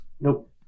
Nope